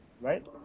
right